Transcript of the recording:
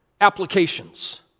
applications